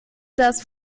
das